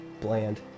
bland